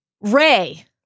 Ray